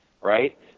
right